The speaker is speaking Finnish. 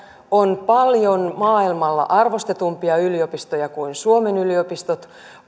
on paljon maailmalla arvostetumpia yliopistoja kuin suomen yliopistot